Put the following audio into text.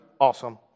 awesome